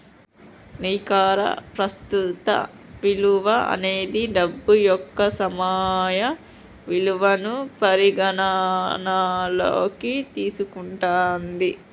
నికర ప్రస్తుత విలువ అనేది డబ్బు యొక్క సమయ విలువను పరిగణనలోకి తీసుకుంటది